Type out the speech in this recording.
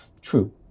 True